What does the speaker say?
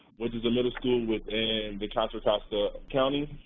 which is a middle school within the contra costa county,